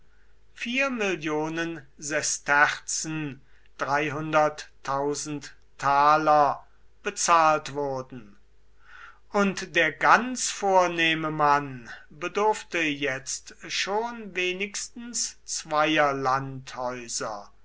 mill sesterzen bezahlt wurden und der ganz vornehme mann bedurfte jetzt schon wenigstens zweier landhäuser